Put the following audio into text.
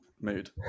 Mood